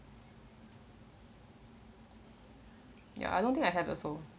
ya I don't think I have also